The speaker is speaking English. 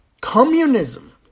Communism